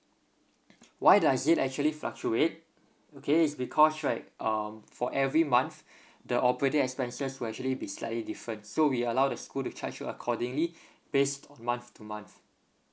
why does it actually fluctuate okay it's because right um for every month the operating expenses will actually be slightly different so we allow the school to charge you accordingly based on month to month